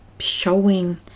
showing